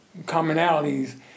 commonalities